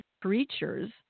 creatures